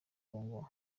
congo